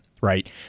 right